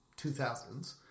2000s